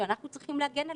שאנחנו צריכים להגן עליהם.